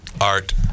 Art